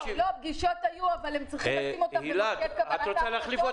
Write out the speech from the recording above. פגישות היו אבל הם צריכים לשים אותם במוקד קבלת ההחלטות.